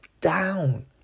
down